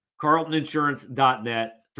carltoninsurance.net